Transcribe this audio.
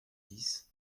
dix